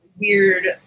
weird